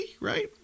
right